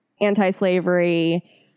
anti-slavery